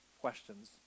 questions